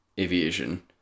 aviation